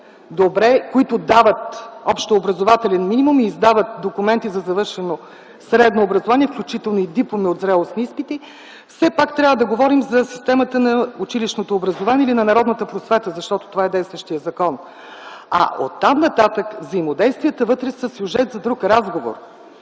които дават общообразователен минимум и издават документи за завършено средно образование, включително и дипломи от зрелостни изпити, все пак трябва да говорим за системата на училищното образование или на народната просвета, защото такъв е действащият закон. Оттам нататък взаимодействията са сюжет за друг разговор.